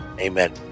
Amen